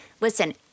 Listen